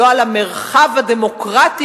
לא על "המרחב הדמוקרטי",